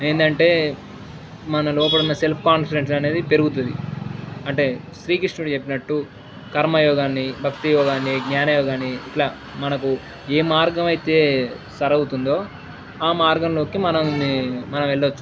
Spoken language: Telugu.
ఏంటంటే మన లోపలున్న సెల్ఫ్ కాన్ఫిడెన్ట్స్ అనేది పెరుగుతుంది అంటే శ్రీకృష్ణుడి చెప్పినట్టు కర్మయోగాన్ని భక్తియోగాన్ని జ్ఞానయోగాన్ని ఇలా మనకి ఏ మార్గమయితే సరి అవుతుందో ఆ మార్గంలోకి మనం మనం వెళ్ళచ్చు